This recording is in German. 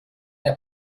der